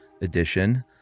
edition